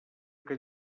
que